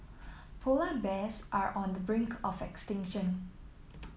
polar bears are on the brink of extinction